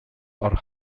are